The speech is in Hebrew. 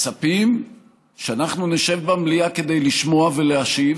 מצפים שאנחנו נשב במליאה כדי לשמוע ולהשיב